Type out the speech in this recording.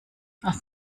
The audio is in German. auf